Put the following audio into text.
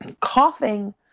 coughing